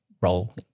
role